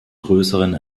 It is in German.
größeren